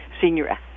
Senior